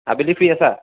আবেলি ফ্ৰী আছা